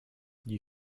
you